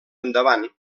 endavant